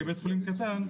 כבית חולים קטן,